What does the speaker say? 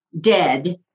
dead